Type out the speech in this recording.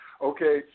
Okay